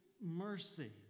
mercy